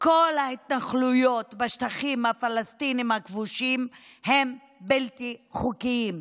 כל ההתנחלויות בשטחים הפלסטינים הכבושים הן בלתי חוקיות.